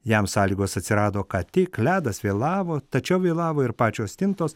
jam sąlygos atsirado ką tik ledas vėlavo tačiau vėlavo ir pačios stintos